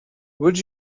would